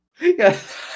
Yes